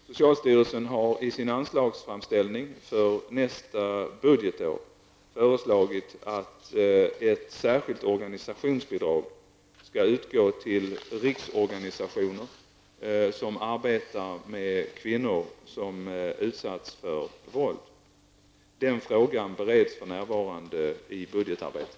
Socialstyrelsen har i sin anslagsframställning för nästa budgetår föreslagit att ett särskilt organisationsbidrag skall utgå till riksorganisationer som arbetar med kvinnor som utsatts för våld. Den frågan bereds för närvarande i budgetarbetet.